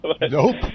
Nope